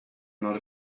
not